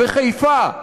בחיפה.